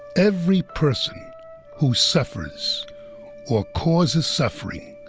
every person who suffers or causes suffering,